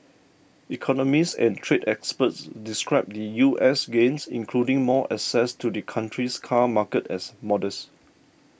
economists and trade experts described the U S's gains including more access to the country's car market as modest